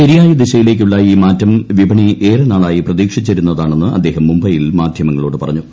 ശരിയായ ദിശയിലേക്കുള്ള ഈ മാറ്റം വിപണി ഏറെ നാളായി പ്രതീക്ഷിച്ചിരുന്നതാണെന്ന് അദ്ദേഹം മുംബൈയിൽ മാധ്യമങ്ങളോട് പറഞ്ഞു